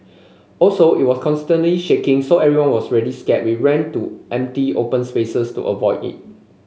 also it was constantly shaking so everyone was really scared we ran to empty open spaces to avoid it